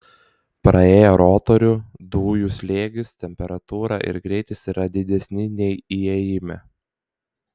praėję rotorių dujų slėgis temperatūra ir greitis yra didesni nei įėjime